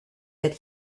that